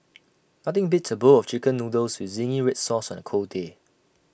nothing beats A bowl of Chicken Noodles with Zingy Red Sauce on A cold day